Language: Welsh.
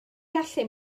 gallu